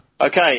Okay